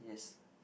yes